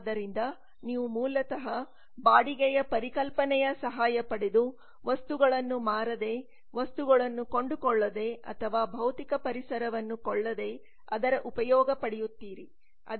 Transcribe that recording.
ಆದ್ದರಿಂದ ನೀವು ಮೂಲತಃ ಬಾಡಿಗೆಯ ಪರಿಕಲ್ಪನೆಯ ಸಹಾಯ ಪಡೆದು ವಸ್ತುಗಳನ್ನು ಮಾರದೇ ವಸ್ತುಗಳನ್ನು ಕೊಂಡುಕೊಳ್ಳದೇ ಅಥವಾ ಭೌತಿಕ ಪರಿಸರವನ್ನು ಕೊಳ್ಳದೇ ಅದರ ಉಪಯೋಗ ಪಡೆಯುತ್ತೀರಿ